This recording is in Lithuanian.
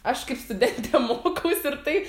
aš kaip studentė mokausi ir tai